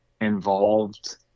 involved